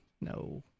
no